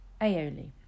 Aioli